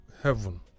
heaven